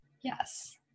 yes